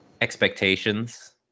expectations